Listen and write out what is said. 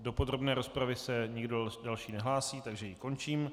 Do podrobné rozpravy se nikdo další nehlásí, takže ji končím.